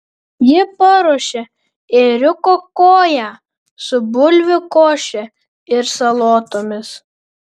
ji paruošė ėriuko koją su bulvių koše ir salotomis